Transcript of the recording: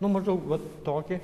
nu maždaug vat tokį